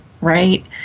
right